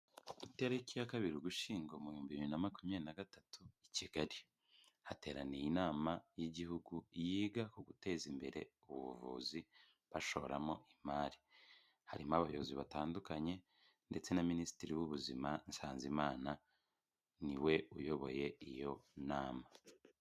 Ku itariki ya kabiri ugushyingo muhumbibiri na makumyabiri nagatatu i Kigali, hateraniye inama y'igihugu yiga ku guteza imbere ubuvuzi bashoramo imari harimo abayobozi batandukanye ndetse na minisitiri w'ubuzima Nsanzimana niwe uyoboye iyo nama.